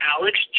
Alex